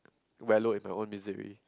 wallow in my own misery